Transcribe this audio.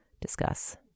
discuss